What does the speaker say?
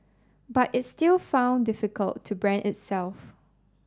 but it still found difficult to brand itself